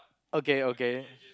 okay okay